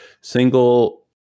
single